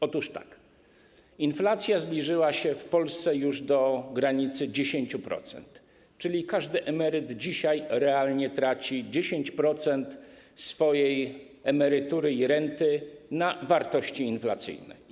Otóż tak: inflacja zbliżyła się w Polsce już do granicy 10%, czyli każdy emeryt dzisiaj realnie traci 10% swojej emerytury i renty z powodu wartości inflacyjnych.